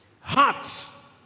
hearts